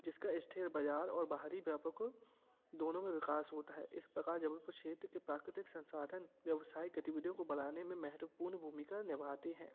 जिसका स्थिर बज़ार और बाहरी व्यापकों दोनों में विकास हाेता है इस प्रकार जबलपुर क्षेत्र के प्राकृतिक संसाधन व्यवसायिक गतिविधियों को बढ़ाने में महत्वपूण भूमिका निभाते हैं